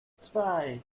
zwei